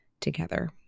together